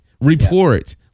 Report